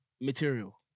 material